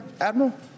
Admiral